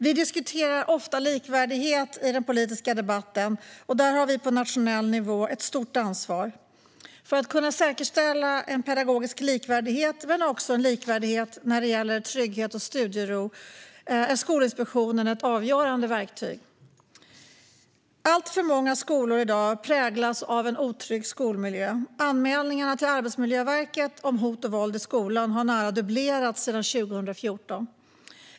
Vi diskuterar ofta likvärdighet i den politiska debatten, och där har vi på nationell nivå ett stort ansvar. När det gäller att säkerställa en pedagogisk likvärdighet men också en likvärdighet när det gäller trygghet och studiero är Skolinspektionen ett avgörande verktyg. Alltför många skolor i dag präglas av en otrygg skolmiljö. Anmälningarna till Arbetsmiljöverket om hot och våld i skolan har nära dubblerats sedan 2014.